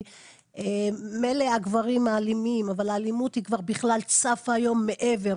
מילא הגברים האלימים, אבל האלימות צפה היום מעבר.